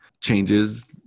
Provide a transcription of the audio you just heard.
Changes